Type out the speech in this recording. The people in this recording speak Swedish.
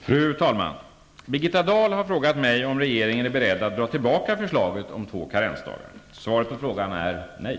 Fru talman! Birgitta Dahl har frågat mig om regeringen är beredd att dra tillbaka förslaget om två karensdagar. Svaret på frågan är: Nej.